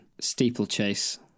steeplechase